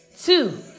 Two